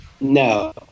No